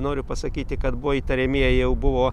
noriu pasakyti kad buvo įtariamieji jau buvo